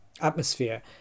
atmosphere